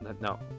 no